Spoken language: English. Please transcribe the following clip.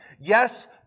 Yes